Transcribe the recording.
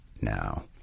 Now